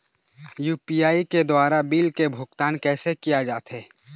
UPI के द्वारा bill के भुगतान कैसे किया जाथे?